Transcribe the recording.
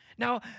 Now